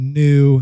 new